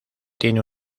tiene